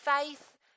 faith